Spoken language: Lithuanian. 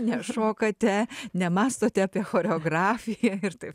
nešokate nemąstote apie choreografiją ir taip